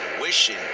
wishing